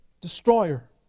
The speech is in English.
destroyer